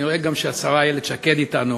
אני רואה גם שהשרה איילת שקד אתנו,